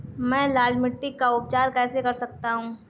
मैं लाल मिट्टी का उपचार कैसे कर सकता हूँ?